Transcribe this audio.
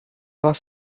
was